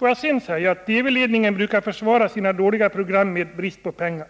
intervjun. TV-ledningen brukar försvara sina dåliga program med att tala om brist på pengar.